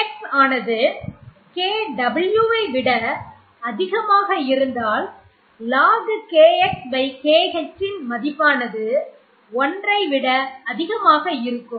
kx ஆனது kw ஐ விட அதிகமாக இருந்தால் logKXKH இன் மதிப்பானது 1 ஐ விட அதிகமாக இருக்கும்